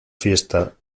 fiesta